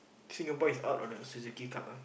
Singapore is out of the Suzuki-Cup ah